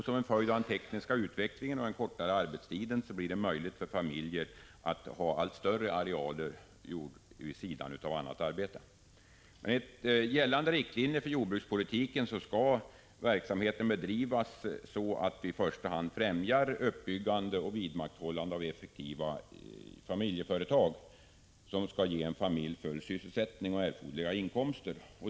Som en följd av den tekniska utvecklingen och den kortare arbetstiden blir det möjligt för familjer att ha allt större arealer jord vid sidan av annat arbete. Enligt gällande riktlinjer för jordbrukspolitiken skall verksamheten bedrivas så, att man i första hand främjar uppbyggande och vidmakthållande av effektiva familjeföretag, som kan ge en familj full sysselsättning och erforderliga inkomster.